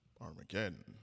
Armageddon